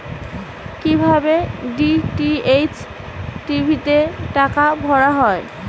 কি ভাবে DTH TV তে টাকা ভরা হয়?